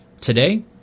today